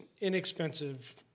inexpensive